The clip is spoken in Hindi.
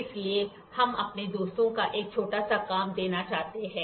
इसलिए हम अपने दोस्तों को एक छोटा सा काम देना चाहते हैं